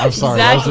um sorry that